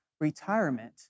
retirement